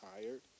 tired